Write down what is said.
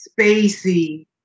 spacey